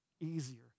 easier